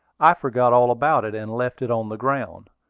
i forgot all about it, and left it on the ground.